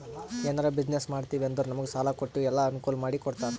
ಎನಾರೇ ಬಿಸಿನ್ನೆಸ್ ಮಾಡ್ತಿವಿ ಅಂದುರ್ ನಮುಗ್ ಸಾಲಾ ಕೊಟ್ಟು ಎಲ್ಲಾ ಅನ್ಕೂಲ್ ಮಾಡಿ ಕೊಡ್ತಾರ್